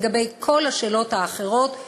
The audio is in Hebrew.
2. לגבי כל השאלות האחרות,